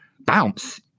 bounce